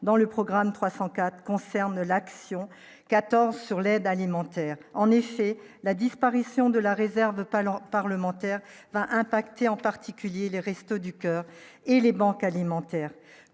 dans le programme 304 concerne l'action 14 sur l'aide alimentaire, en effet, la disparition de la réserve talent parlementaire va impacter en particulier les Restos du coeur et les banques alimentaires